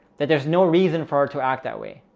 that there's no reason for her to act that way.